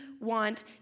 want